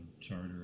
charter